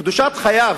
בקדושת חייו,